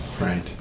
Right